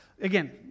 again